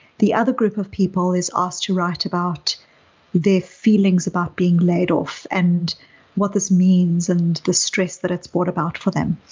the other group of people is asked to write about their feelings about being laid off and what this means and the stress that it's brought about for them.